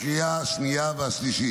לקריאה השנייה והשלישית.